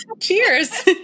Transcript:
Cheers